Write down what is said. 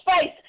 face